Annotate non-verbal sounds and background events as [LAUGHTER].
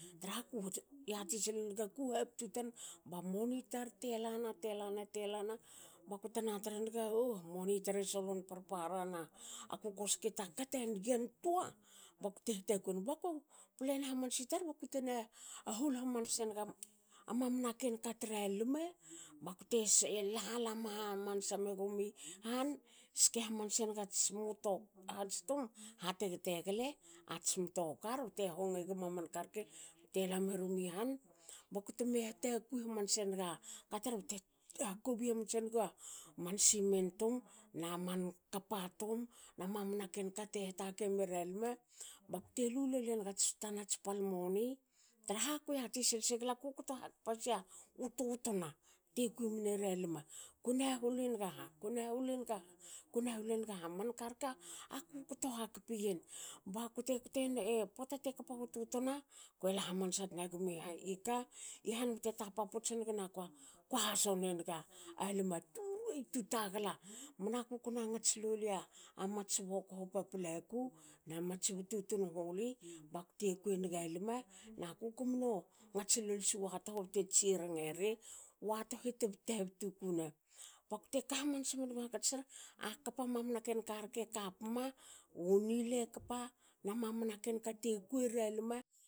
Trahaku [UNINTELLIGIBLE] yatisilenig aku haptu tanamoni tar te lana te lana te lana bakute tra naga,"oh moni tar e solon parparana,"aku ko ske taka ta nigantoa bakte hatakui egen [UNINTELLIGIBLE] plan hamansa tar bakute na [HESITATION] hol hamanse naga mamanana ken ka tra lme bakute [UNINTELLIGIBLE] hamnsa megumi han. ske hamanse nagats mu tohats tum hateg tegle ats mtokar bte honge guma man karke. bte lamerumni han bakute me hatakui haman senaga [HESITATION] katar bte hakobi hamanse naga man cement tum na man kapa tum na mamana marken kate hakei mera lme. bakte lulol enagats tanats pal moni. traha ku yatisil segla ku kto hakpa siu u tutona. te kui mnera lme. Kona hol enaga ha kona hol enaga ha kona hol enga ha? Manka rke kukto hakpi yen. bakute [UNINTELLIGIBLE] pota te kpanu tutona. kue la hamansa tna gmi [UNINTELLIGIBLE] han bte tapa puts nigi nakua kue hasou nenaga a lma tu ruei tu tagla,"mnaku kona ngats lola mats bokho paplaku. na mats bututun huli bakute kui enaga lme naku komno ngats losiu watoho bte tsirenge ri wathe tab tabtu kuna. Bakute ka hamnsa menugu hakats tar a kpa mamna ken karke kapmma u nile kpa na mamna ken kate kuiera lme